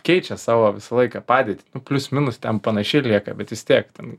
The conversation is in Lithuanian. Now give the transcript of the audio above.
keičia savo visą laiką padėtį plius minus ten panaši lieka bet vis tiek ten